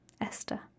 Esther